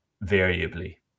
variably